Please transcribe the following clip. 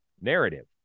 narrative